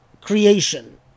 creation